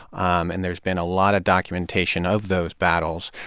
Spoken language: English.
um and there's been a lot of documentation of those battles.